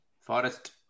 forest